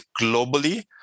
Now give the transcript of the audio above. globally